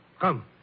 Come